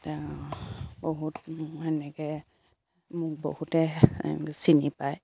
বহুত এনেকে মোক বহুতে চিনি পায়